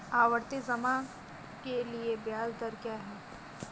आवर्ती जमा के लिए ब्याज दर क्या है?